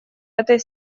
этой